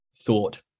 thought